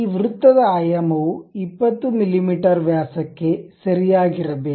ಈ ವೃತ್ತದ ಆಯಾಮವು 20 ಮಿಮೀ ವ್ಯಾಸಕ್ಕೆ ಸರಿಯಾಗಿರಬೇಕು